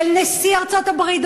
של נשיא ארצות-הברית,